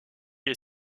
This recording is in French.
est